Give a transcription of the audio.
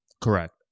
Correct